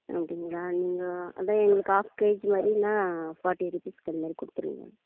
அப்படிங்களா நீங்கள் அதுதான் எங்களுக்கு ஹாஃப் கேஜி மாதிரினா ஃபார்ட்டி ருபீஸ்க்கு அந்த மாதிரி கொடுத்துருங்க